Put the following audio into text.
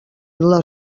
les